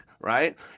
Right